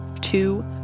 Two